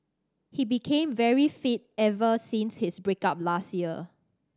he became very fit ever since his break up last year